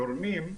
גורמים,